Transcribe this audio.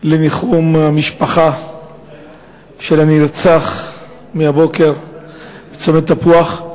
לניחום המשפחה של הנרצח הבוקר בצומת תפוח.